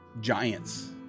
giants